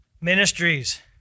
ministries